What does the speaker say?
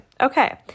okay